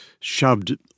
shoved